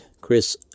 Chris